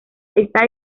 está